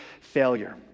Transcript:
failure